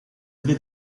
via